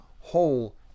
whole